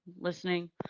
Listening